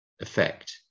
effect